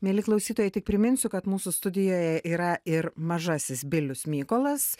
mieli klausytojai tik priminsiu kad mūsų studijoje yra ir mažasis bilius mykolas